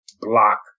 block